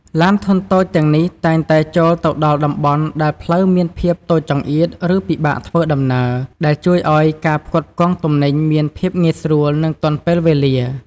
ឡានធុនតូចទាំងនេះតែងតែចូលទៅដល់តំបន់ដែលផ្លូវមានភាពតូចចង្អៀតឬពិបាកធ្វើដំណើរ ដែលជួយឱ្យការផ្គត់ផ្គង់ទំនិញមានភាពងាយស្រួលនិងទាន់ពេលវេលា។